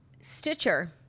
Stitcher